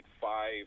five